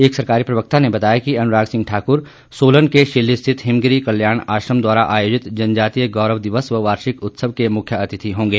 एक सरकारी प्रवक्ता ने बताया कि अनुराग सिंह ठाकुर सोलन के शिल्ली स्थित हिमगिरी कल्याण आश्रम द्वारा आयोजित जनजातीय गौरव दिवस व वार्षिक उत्सव के मुख्यातिथि होंगे